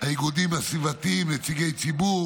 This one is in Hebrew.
האיגודים הסביבתיים, נציגי ציבור